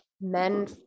men